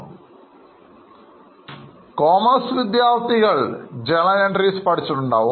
ഇപ്പോൾ കൊമേഴ്സ് വിദ്യാർത്ഥികൾ ആയിരുന്നവർ journal entries പഠിച്ചിട്ടുണ്ടാകും